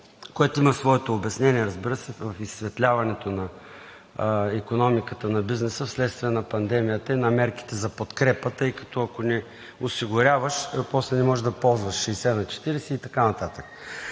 което има своето обяснение, разбира се, в изсветляването на икономиката на бизнеса, вследствие на пандемията и на мерките за подкрепа, тъй като, ако не осигуряваш, после не можеш да ползваш 60/40 и така нататък.